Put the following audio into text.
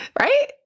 Right